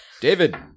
David